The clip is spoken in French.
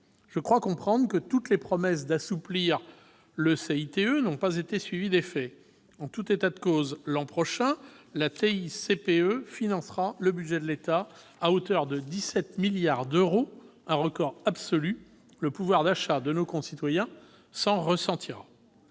le crédit d'impôt pour la transition énergétique, le CITE, n'ont pas été suivies d'effet. En tout état de cause, l'an prochain, la TICPE financera le budget de l'État à hauteur de 17 milliards d'euros, un record absolu. Le pouvoir d'achat de nos concitoyens s'en ressentira.